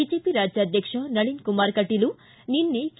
BJP ರಾಜ್ಯಾಧ್ವಕ್ಷ ನಳಿನ್ ಕುಮಾರ್ ಕಟೀಲು ನಿನ್ನೆ K